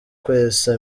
kwesa